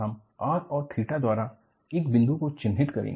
हम r और theta द्वारा एक बिंदु को चिन्हित करेंगे